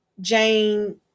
Jane